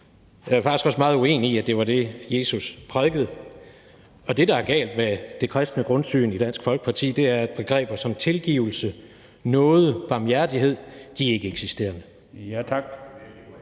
Jeg er faktisk også meget uenig i, at det var det, Jesus prædikede. Det, der er galt med det kristne grundsyn i Dansk Folkeparti, er, at begreber som tilgivelse, nåde, barmhjertighed er ikkeeksisterende.